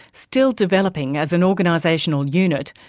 still developing as an organisational unit,